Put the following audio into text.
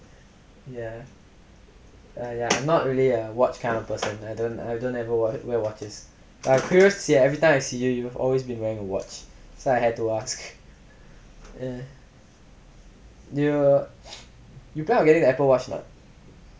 ya err ya I'm not really a watch kind of person I don't ever wanna wear watches at first every time I see you you have always been wearing a watch so I had to ask and you plan on getting the apple watch or not